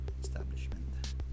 establishment